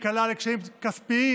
יקלע לקשיים כספיים,